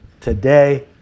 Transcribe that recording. today